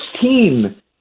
team